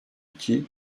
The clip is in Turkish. iki